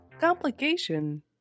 complication